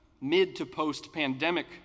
mid-to-post-pandemic